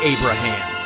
Abraham